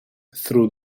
through